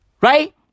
right